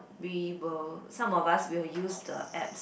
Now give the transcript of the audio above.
we will some of us we will use the apps